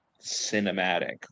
cinematic